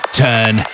turn